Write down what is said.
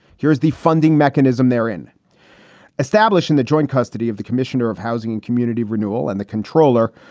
here's the funding mechanism they're in establishing that joint custody of the commissioner of housing and community renewal and the comptroller.